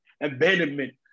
abandonment